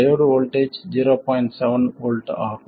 7 V ஆகும்